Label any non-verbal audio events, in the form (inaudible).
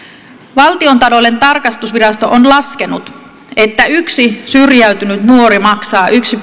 valtiontalouden tarkastusvirasto on laskenut että yksi syrjäytynyt nuori maksaa yksi (unintelligible)